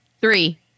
Three